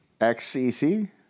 XCC